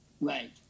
Right